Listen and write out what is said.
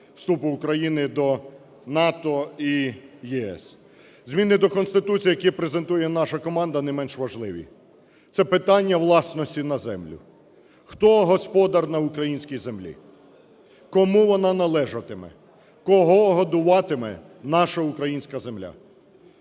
вступу України до НАТО і ЄС. Зміни до Конституції, які презентує наша команда, не менш важливі – це питання власності на землю: хто господар на українській землі, кому вона належатиме, кого годуватиме наша українська земля.